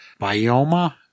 Bioma